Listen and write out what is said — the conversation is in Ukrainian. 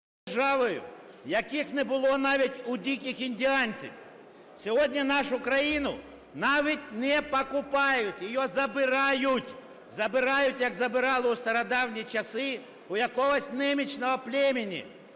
яких не було навіть у диких індіанців. Сьогодні нашу країну навіть не покупають – її забирають! Забирають, як забирали у стародавні часи у якогось немічного племені.